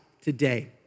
today